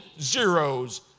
zeros